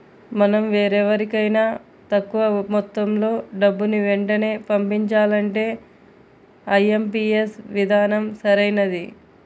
మనం వేరెవరికైనా తక్కువ మొత్తంలో డబ్బుని వెంటనే పంపించాలంటే ఐ.ఎం.పీ.యస్ విధానం సరైనది